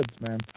man